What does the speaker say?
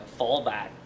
fallback